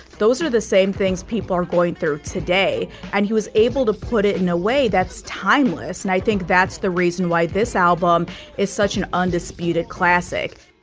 those are the same things people are going through today. and he was able to put it in a way that's timeless and i think that's the reason why this album is such an undisputed classic.